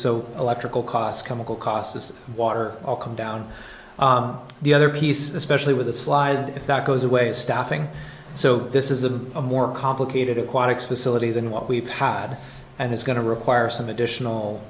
so electrical costs chemical costs water all come down the other piece especially with the slide if that goes away staffing so this is a more complicated aquatics facility than what we've had and it's going to require some additional